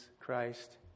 Christ